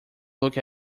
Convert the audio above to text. look